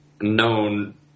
known